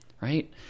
Right